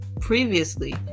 previously